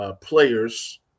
players